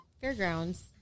Fairgrounds